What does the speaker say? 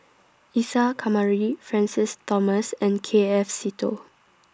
Isa Kamari Francis Thomas and K F Seetoh